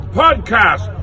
podcast